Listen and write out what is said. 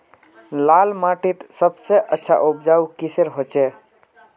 लाल माटित सबसे अच्छा उपजाऊ किसेर होचए?